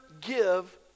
give